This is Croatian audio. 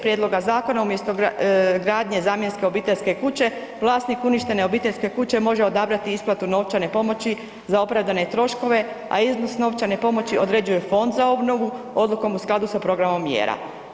Prijedloga zakona umjesto gradnje zamjenske obiteljske kuće vlasnik uništene obiteljske kuće može odabrati isplatu novčane pomoći za opravdane troškove, a iznos novčane pomoći određuje Fond za obnovu odlukom u skladu sa programom mjera.